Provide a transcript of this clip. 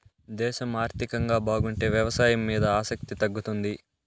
దేశం ఆర్థికంగా బాగుంటే వ్యవసాయం మీద ఆసక్తి తగ్గుతుంది